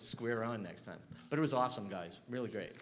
square on next time but it was awesome guys really great